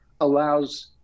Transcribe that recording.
allows